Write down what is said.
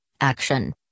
Action